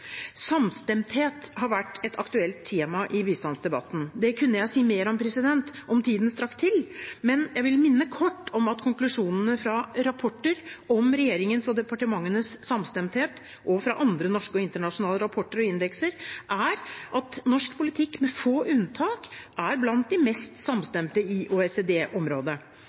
Samstemthet har vært et aktuelt tema i bistandsdebatten. Det kunne jeg si mer om – om tiden strakk til – men jeg vil minne kort om at konklusjonene fra rapporter om regjeringens og departementenes samstemthet, og fra andre norske og internasjonale rapporter og indekser, er at norsk politikk med få unntak er blant de mest samstemte i